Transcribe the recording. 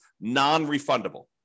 non-refundable